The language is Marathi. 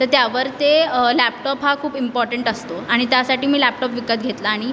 तर त्यावर ते लॅपटॉप हा खूप इम्पॉर्टंट असतो आणि त्यासाठी मी लॅपटॉप विकत घेतला आणि